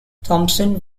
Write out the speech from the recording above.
thompson